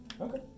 okay